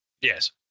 Yes